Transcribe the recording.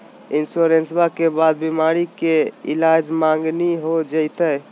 इंसोरेंसबा के बाद बीमारी के ईलाज मांगनी हो जयते?